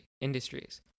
industries